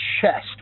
chest